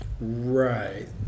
Right